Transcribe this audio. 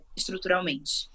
estruturalmente